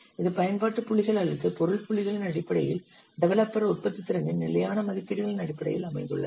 இது பயன்பாட்டு புள்ளிகள் அல்லது பொருள் புள்ளிகளின் அடிப்படையில் டெவலப்பர் உற்பத்தித்திறனின் நிலையான மதிப்பீடுகளின் அடிப்படையில் அமைந்துள்ளது